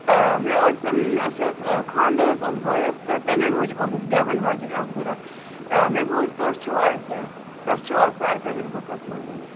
آ مےٚ اوس اَسہِ اوس خانٛدَر حظ اوس بٲیِس تہٕ تَمے موٗجوٗب ٲسۍ اَسہِ گٮ۪وَن واجیٚنۍ اَکھ ضروٗرت مےٚ بوٗز تُہۍ چھُو اَتہِ تۄہہِ چھُو آسان اَتہِ تُہٕنٛدِس گرٛوٗپَس مَنٛز